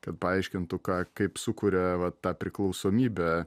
kad paaiškintų ką kaip sukuria va tą priklausomybę